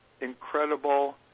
incredible